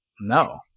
No